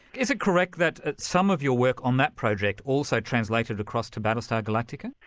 is it correct that some of your work on that project also translated across to battlestar galactica.